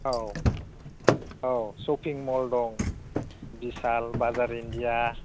औ औ shopping mall दं विशाल बाजार इंडिया